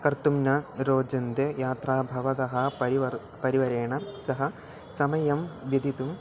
कर्तुं न रोचन्ते यात्रा भवतः परिवारः परिवारेण सह समयं व्यतितुं